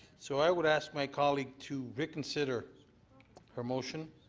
so i would ask my colleague to reconsider her motion.